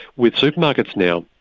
with supermarkets now,